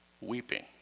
weeping